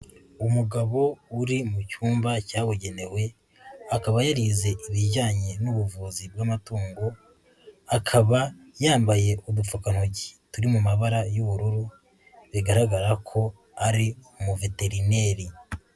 Umugabo uri mu cyumba cyabugenewe, akaba yarize ibijyanye n'ubuvuzi bw'amatungo, akaba yambaye udupfupantogi turi mu mabara y'ubururu bigaragara ko ari umuveterineri.